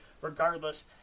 regardless